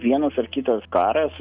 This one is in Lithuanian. vienas ar kitas karas